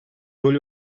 rolü